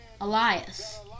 Elias